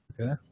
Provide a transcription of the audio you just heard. Okay